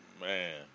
Man